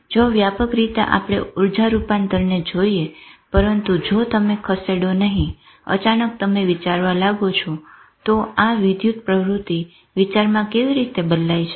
જો વ્યાપક રીતે આપણે ઉર્જા રૂપાંતરને જોઈએ પરંતુ જો તમે ખસેડો નહી અચાનક તમે વિચારવા લાગો છો તો આ વિદ્યુત પ્રવૃત્તિ વિચારમાં કેવી રીતે બદલાય છે